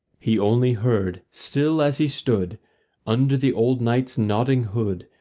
he only heard, still as he stood under the old night's nodding hood,